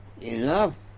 enough